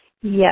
Yes